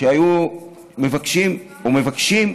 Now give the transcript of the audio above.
שהיו מבקשים, או מבקשים,